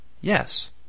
Yes